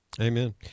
Amen